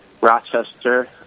Rochester